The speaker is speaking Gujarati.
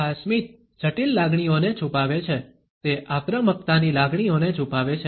આ સ્મિત જટિલ લાગણીઓને છુપાવે છે તે આક્રમકતાની લાગણીઓને છુપાવે છે